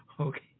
Okay